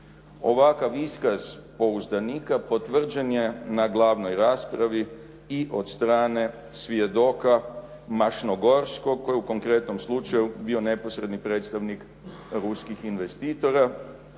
Ovakav iskaz pouzdanika potvrđen je na glavnoj raspravi i od strane svjedoka …/Govornik se ne razumije./… koji je u konkretnom slučaju bio neposredni predstavnik ruskih investitora